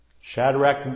Shadrach